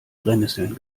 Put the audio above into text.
brennnesseln